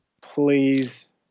Please